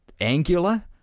angular